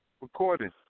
recording